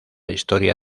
historia